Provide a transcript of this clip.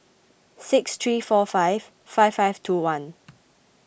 six three four five five five two one